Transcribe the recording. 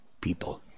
people